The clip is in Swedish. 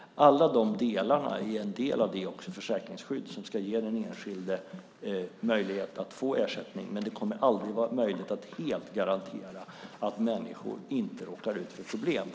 Allt detta är en del av det försäkringsskydd som ska ge den enskilde möjlighet att få ersättning. Det kommer dock aldrig att vara möjligt att helt garantera att människor inte råkar ut för problem.